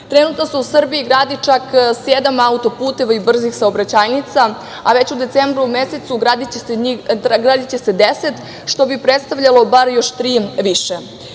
Trenutno se u Srbiji gradi čak sedam auto-puteva i brzih saobraćajnica, a već u decembru mesecu gradiće se deset što bi predstavljalo bar još tri više.